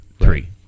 three